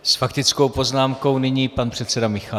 S faktickou poznámkou nyní pan předseda Michálek.